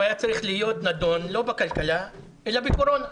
הוא היה צריך להיות נדון לא בכלכלה אלא בקורונה,